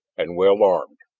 and well armed.